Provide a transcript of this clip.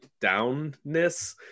downness